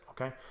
okay